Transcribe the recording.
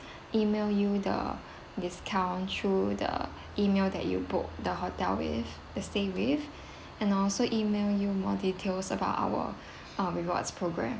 email you the discount through the email that you book the hotel with the stay with and also email you more details about our uh rewards program